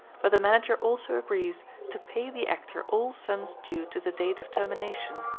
but the manager also agrees to pay the actor all sums due to the date of termination,